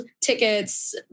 tickets